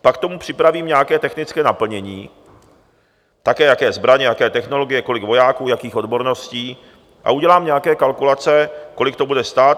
Pak k tomu připravím nějaké technické naplnění, také jaké zbraně, jaké technologie, kolik vojáků, jakých odborností, a udělám nějaké kalkulace, kolik to bude stát.